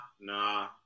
nah